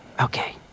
Okay